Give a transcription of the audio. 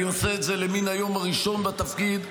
אני עושה את זה למן היום הראשון בתפקיד.